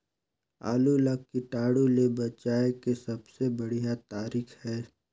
आलू ला कीटाणु ले बचाय के सबले बढ़िया तारीक हे?